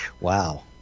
Wow